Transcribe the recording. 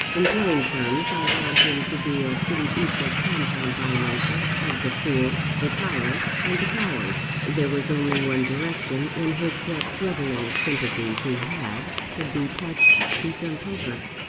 in plain terms, i found him to be a pretty equal compound by nature, of the fool, the tyrant, and the coward. there was only one direction in which what grovelling sympathies he had, could be touched to some purpose.